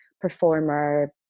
performer